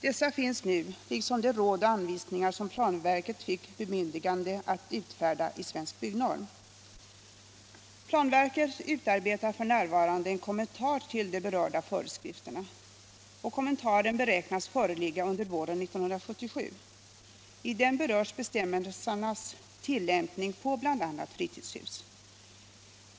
Dessa finns nu, liksom de råd och anvisningar som planverket fick bemyndigande att utfärda, i Svensk byggnorm. Planverket utarbetar f. n. en kommentar till de berörda föreskrifterna. Kommentaren beräknas föreligga under våren 1977. I den berörs bestämmelsernas tillämpning på bl.a. fritidshus.